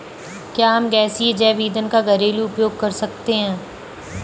क्या हम गैसीय जैव ईंधन का घरेलू उपयोग कर सकते हैं?